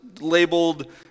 labeled